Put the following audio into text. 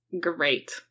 great